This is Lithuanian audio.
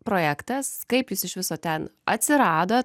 projektas kaip jis iš viso ten atsirado